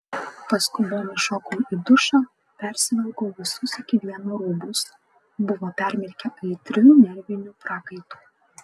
paskubom įšokau į dušą persivilkau visus iki vieno rūbus buvo permirkę aitriu nerviniu prakaitu